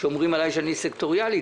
כשאומרים שאני סקטוריאלי,